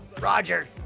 Roger